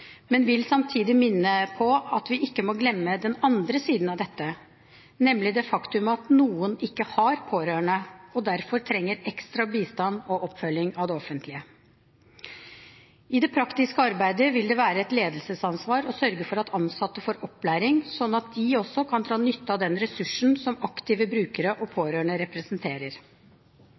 vil samtidig minne om at vi ikke må glemme den andre siden av dette, nemlig det faktum at noen ikke har pårørende og derfor trenger ekstra bistand og oppfølging av det offentlige. I det praktiske arbeidet vil det være et ledelsesansvar å sørge for at ansatte får opplæring, sånn at de også kan dra nytte av den ressursen som aktive brukere og